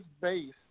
base